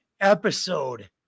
episode